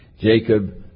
Jacob